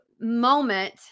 moment